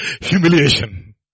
humiliation